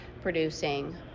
producing